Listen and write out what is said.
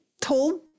told